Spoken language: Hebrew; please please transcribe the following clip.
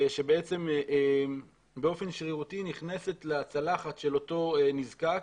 שבעצם באופן שרירותי נכנסת לצלחת של אותו נזקק